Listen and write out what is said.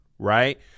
Right